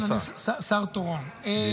כן, אני שר תורן.